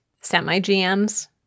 semi-GMs